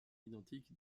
identique